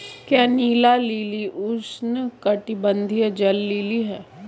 क्या नीला लिली उष्णकटिबंधीय जल लिली है?